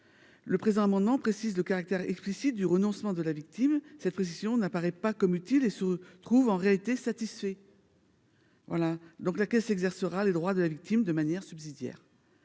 Le présent amendement tend à préciser le caractère explicite du renoncement de la victime. Cette précision n'apparaît pas comme utile et se trouve en réalité satisfaite. La caisse exercera les droits de la victime de manière subsidiaire.